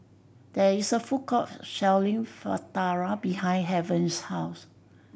there is a food court selling Fritada behind Haven's house